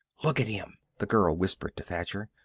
look at him, the girl whispered to thacher.